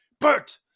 Bert